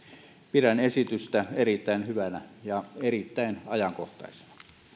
pidän esitystä erittäin hyvänä ja erittäin ajankohtaisena